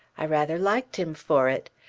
i rather liked him for it.